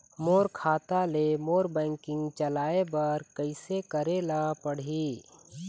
मोर खाता ले मोर बैंकिंग चलाए बर कइसे करेला पढ़ही?